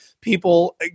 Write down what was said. People